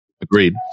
Agreed